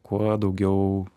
kuo daugiau